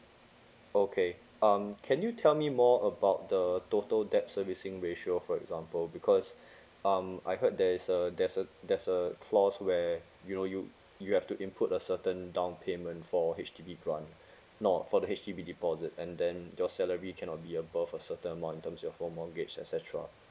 okay um can you tell me more about the total debt servicing ratio for example because um I heard there is a there's a there's a clause where you know you you have to input a certain down payment for H_D_B grant no for the H_D_B deposit and then your salary cannot be above a certain amount in terms your home mortgage etcetera